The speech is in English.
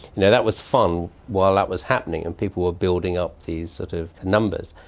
you know that was fun while that was happening and people were building up these sort of numbers,